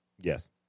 Yes